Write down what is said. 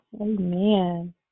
Amen